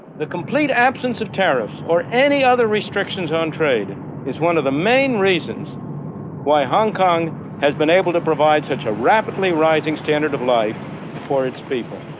the complete absence of tariffs or any other restrictions on trade is one of the main reasons why hong kong has been able to provide such a rapidly rising standard of life for its people.